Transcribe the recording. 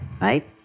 right